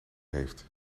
heeft